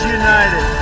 united